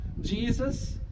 Jesus